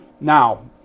Now